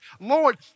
Lord